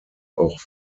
auch